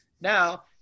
now